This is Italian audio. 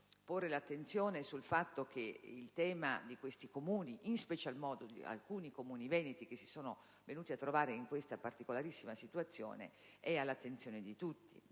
di sottolineare che il tema di questi Comuni, e in special modo di alcuni Comuni veneti, che si sono venuti a trovare in questa particolarissima situazione è all'attenzione di tutti,